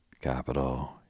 Capital